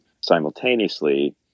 simultaneously